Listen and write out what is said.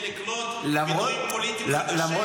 לקלוט מינויים פוליטיים חדשים --- קדנציה.